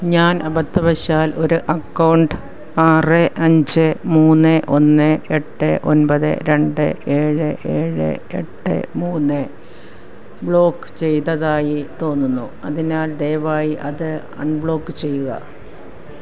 ഞാൻ അബദ്ധവശാൽ ഒരു അക്കൗണ്ട് ആറ് അഞ്ച് മൂന്ന് ഒന്ന് എട്ട് ഒൻപത് രണ്ട് ഏഴ് ഏഴ് എട്ട് മൂന്ന് ബ്ലോക്ക് ചെയ്തതായി തോന്നുന്നു അതിനാൽ ദയവായി അത് അൺബ്ലോക്ക് ചെയ്യുക